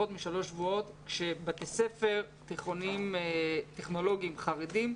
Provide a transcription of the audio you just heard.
כשבתי ספר תיכוניים טכנולוגיים חרדים,